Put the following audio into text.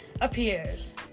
appears